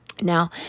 Now